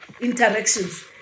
interactions